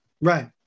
Right